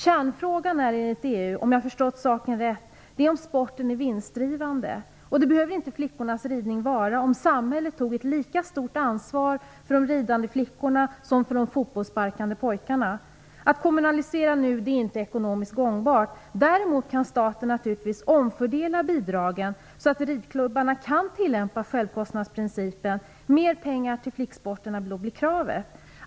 Kärnfrågan är enligt EU, om jag har förstått saken rätt, om sporten är vinstgivande. Det skulle inte flickornas ridning behöva vara om samhället tog ett lika stort ansvar för de ridande flickorna som för de fotbollssparkande pojkarna. Att kommunalisera nu är inte ekonomiskt gångbart. Däremot kan staten naturligtvis omfördela bidragen, så att ridklubbarna kan tillämpa självkostnadsprincipen. Mer pengar till flicksporterna blir kravet.